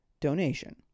donation